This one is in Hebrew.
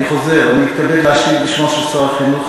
אני חוזר: אני מתכבד להשיב בשמו של שר החינוך,